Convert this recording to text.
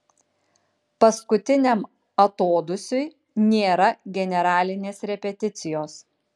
paskutiniam atodūsiui nėra generalinės repeticijos